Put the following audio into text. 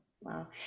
Wow